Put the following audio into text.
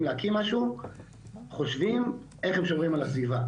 להקים משהו חושבים איך הם שומרים על הסביבה,